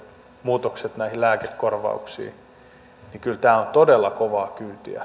muutokset näihin lääkekorvauksiin niin kyllä tämä on todella kovaa kyytiä